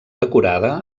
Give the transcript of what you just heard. decorada